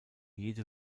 jede